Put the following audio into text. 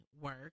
work